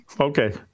Okay